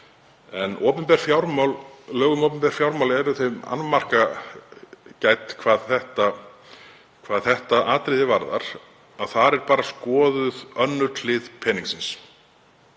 en lög um opinber fjármál eru þeim annmarka háð hvað þetta atriði varðar að þar er bara skoðuð önnur hlið peningsins.